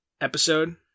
episode